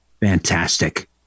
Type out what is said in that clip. Fantastic